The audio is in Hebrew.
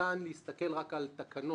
ניתן להסתכל רק על תקנת